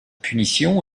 punition